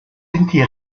sind